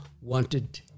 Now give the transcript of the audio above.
wanted